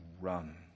run